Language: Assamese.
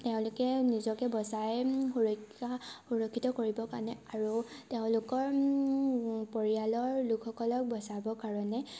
তেওঁলোকে নিজকে বচাই সুৰক্ষা সুৰক্ষিত কৰিবৰ কাৰণে আৰু তেওঁলোকৰ পৰিয়ালৰ লোকসকলক বচাব কাৰণে